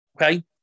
Okay